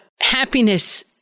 happiness